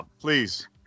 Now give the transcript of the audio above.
please